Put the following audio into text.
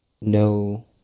no